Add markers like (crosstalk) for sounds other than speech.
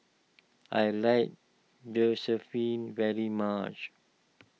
I like (unintelligible) very much